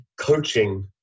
coaching